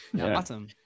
Awesome